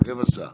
רבע שעה.